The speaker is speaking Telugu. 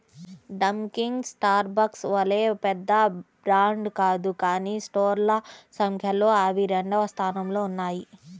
డంకిన్ స్టార్బక్స్ వలె పెద్ద బ్రాండ్ కాదు కానీ స్టోర్ల సంఖ్యలో అవి రెండవ స్థానంలో ఉన్నాయి